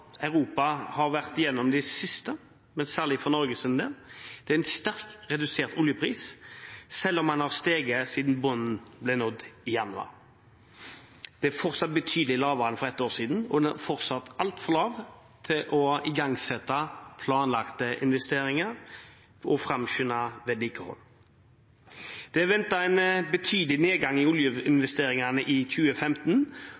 Europa har vært gjennom i det siste – særlig gjelder det Norge – er en sterkt redusert oljepris, selv om den har steget siden bunnen ble nådd i januar. Den er fortsatt betydelig lavere enn for ett år siden, og den er fortsatt altfor lav til å igangsette planlagte investeringer og framskynde vedlikehold. Det er ventet en betydelig nedgang i oljeinvesteringene i 2015,